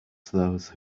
those